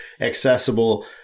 accessible